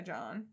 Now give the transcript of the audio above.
John